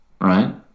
Right